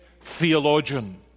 theologian